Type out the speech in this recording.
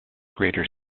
greater